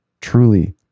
truly